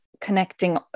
connecting